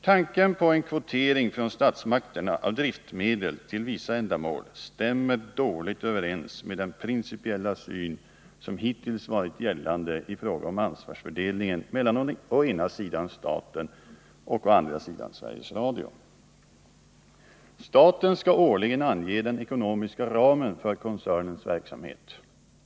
Tanken på en kvotering från statsmakternas sida av driftmedel till vissa ändamål stämmer dåligt överens med den principiella syn som hittills har gällt beträffande fördelningen av ansvaret mellan å ena sidan staten och å 35 andra sidan Sveriges Radio. Staten skall årligen ange den ekonomiska ramen för koncernens verksamhet.